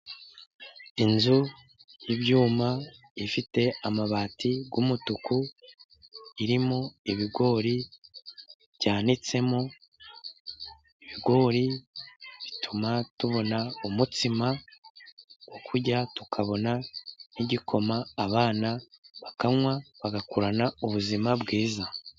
Inzu y'ibyuma ifite amabati y'umutuku, irimo ibigori byanitsemo. Ibigori bituma tubona umutsima wo kurya tukabona n'igikoma, abana bakanwa bagakurana ubuzima bwiza.